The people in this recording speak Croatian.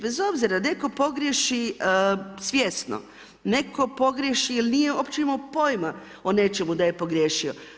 Bez obzira netko pogriješi svjesno, netko pogriješi jer nije uopće imao pojma o nečemu da je pogriješio.